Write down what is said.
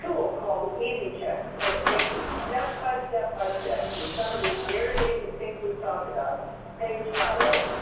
tool called easy checks, and it takes you step by step by step through some of these very basic things we've talked about page titles,